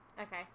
Okay